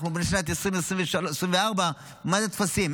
אנחנו בשנת 2024. מה זה טפסים?